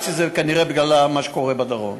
כנראה בגלל מה שקורה בדרום.